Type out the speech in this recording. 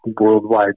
worldwide